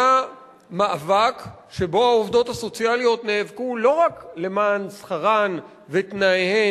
היה מאבק שבו העובדות הסוציאליות נאבקו לא רק למען שכרן ותנאיהן,